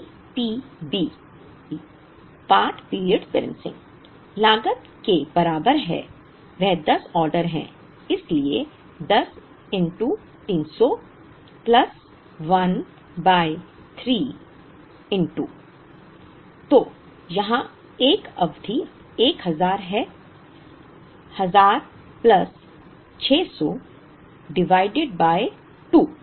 तो PPB लागत के बराबर है वहाँ दस ऑर्डर हैं इसलिए 10 300 प्लस 1 बाय 3 तो यहाँ 1 अवधि 1000 है 1000 प्लस 600 डिवाइडेड बाय 2